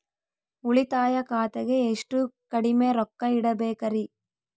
ಉಳಿತಾಯ ಖಾತೆಗೆ ಎಷ್ಟು ಕಡಿಮೆ ರೊಕ್ಕ ಇಡಬೇಕರಿ?